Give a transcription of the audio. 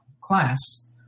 class